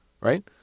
right